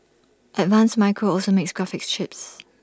advanced micro also makes graphics chips